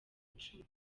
icumi